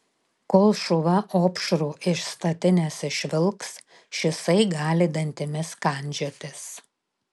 kol šuva opšrų iš statinės išvilks šisai gali dantimis kandžiotis